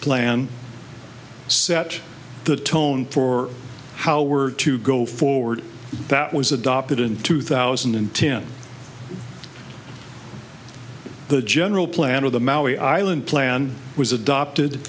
to set the tone for how we're to go forward that was adopted in two thousand and ten the general plan of the maui island plan was adopted